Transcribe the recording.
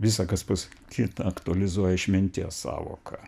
visa kas pas kitą aktualizuoja išminties sąvoką